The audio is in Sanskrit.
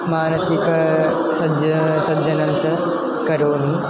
मानसिकसज्जता सज्जनं च करोमि